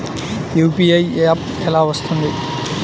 UPI app ఎలా వస్తుంది?